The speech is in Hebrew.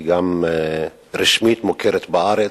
והיא גם מוכרת רשמית בארץ.